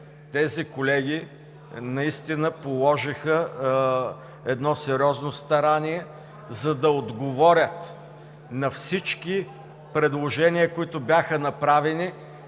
тези колеги наистина положиха сериозно старание, за да отговорят на всички предложения, които бяха направени